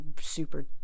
super